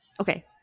Okay